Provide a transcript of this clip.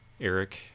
Eric